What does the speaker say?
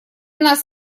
нас